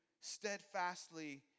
steadfastly